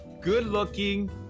good-looking